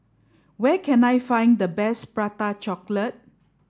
where can I find the best prata chocolate